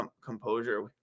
composure